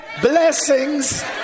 blessings